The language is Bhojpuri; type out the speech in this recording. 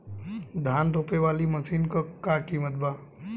धान रोपे वाली मशीन क का कीमत बा?